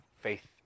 faith